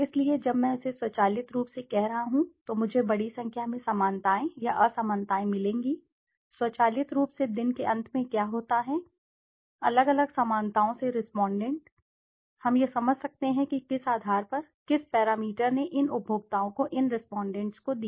इसलिए जब मैं इसे स्वचालित रूप से कर रहा हूं तो मुझे बड़ी संख्या में समानताएं या असमानताएं मिलेंगी स्वचालित रूप से दिन के अंत में क्या होता है अलग अलग समानताओं से रेस्पोंडेंट हम यह समझ सकते हैं कि किस आधार पर किस पैरामीटर ने इन उपभोक्ताओं को इन रेस्पोंडेंट्स को दिया